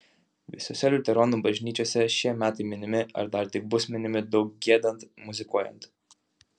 visose liuteronų bažnyčiose šie metai minimi ar dar tik bus minimi daug giedant muzikuojant